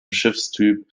schiffstyp